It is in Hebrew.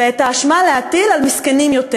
ואת ההאשמה להטיל על מסכנים יותר.